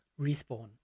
respawn